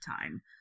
time